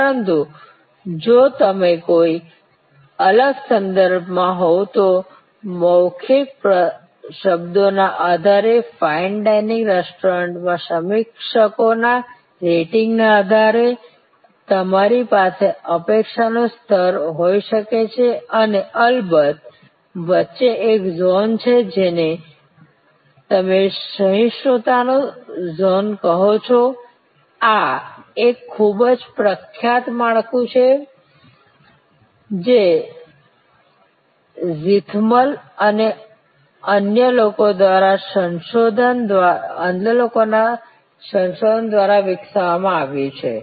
પરંતુ જો તમે કોઈ અલગ સંદર્ભમાં હોવ તો મૌખિક શબ્દોના આધારે ફાઇન ડાઇનિંગ રેસ્ટોરન્ટમાં સમીક્ષકોના રેટિંગના આધારે તમારી પાસે અપેક્ષાનું આ સ્તર હોઈ શકે છે અને અલબત્ત વચ્ચે એક ઝોન છે જેને તમે સહિષ્ણુતાનું ઝોન કહો છો આ એક ખૂબ જ પ્રખ્યાત માળખું છે જે ઝીથમલ અને અન્ય લોકો દ્વારા તેમના સંશોધન દ્વારા વિકસાવવામાં આવ્યું છે